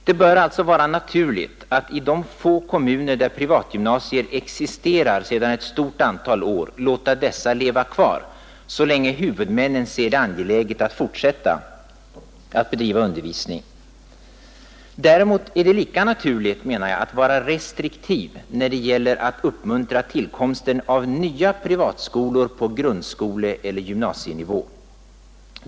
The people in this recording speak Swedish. Det bör alltså vara naturligt att i de få kommuner där sedan ett stort antal år privatgymnasier existerar låta dessa leva kvar så länge huvudmännen ser det angeläget att fortsätta att bedriva undervisning. Däremot är det lika naturligt, menar jag, att vara restriktiv när det gäller att uppmuntra tillkomsten av nya privatskolor på grundskoleoch gymnasienivå.